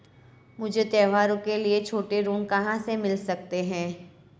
मुझे त्योहारों के लिए छोटे ऋृण कहां से मिल सकते हैं?